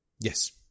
Yes